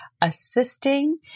assisting